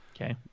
Okay